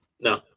no